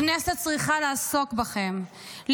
הכנסת צריכה לעסוק בכם,